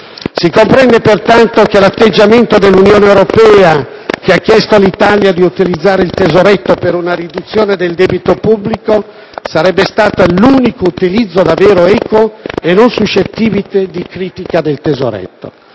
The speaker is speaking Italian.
Si comprende pertanto che quello suggerito dall'Unione Europea, che ha chiesto all'Italia di utilizzare il tesoretto per una riduzione del debito pubblico, sarebbe stato l'unico utilizzo davvero equo e non suscettibile di critica. All'aumento